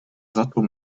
zlatou